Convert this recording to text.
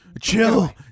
chill